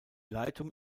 leitung